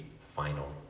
final